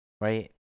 right